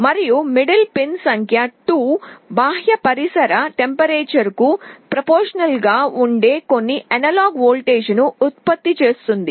మరియు middle pin సంఖ్య 2 బాహ్య పరిసర ఉష్ణోగ్రతకు ప్రపొర్షనల్ గా ఉండే కొన్ని అనలాగ్ వోల్టేజ్ను ఉత్పత్తి చేస్తుంది